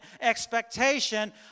expectation